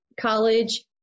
college